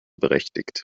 berechtigt